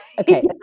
Okay